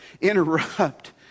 interrupt